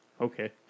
Okay